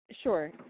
Sure